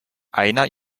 einer